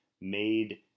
made